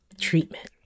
treatment